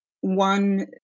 one